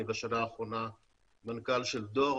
בשנה האחרונה אני מנכ"ל של דור.